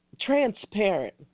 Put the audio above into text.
transparent